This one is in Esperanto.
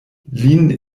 lin